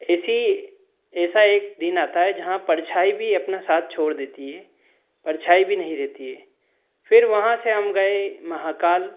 ऐसी ऐसा एक दिन आता है जहाँ परछाई भी अपना साथ छोड़ देती है परछाई भी नहीं रहती है फ़िर वहाँ से हम गए महाकाल